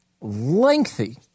lengthy